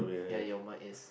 ya your mike is